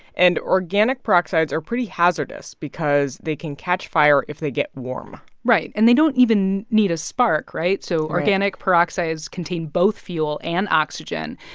and organic peroxides are pretty hazardous because they can catch fire if they get warm right. and they don't even need a spark, right? so. right organic peroxides contain both fuel and oxygen.